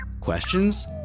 questions